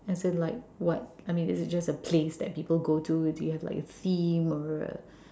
as in like what I mean is it just a place that people go to or do you have a theme or a